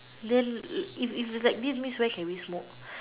girl if if it like this means where can we smoke